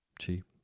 cheap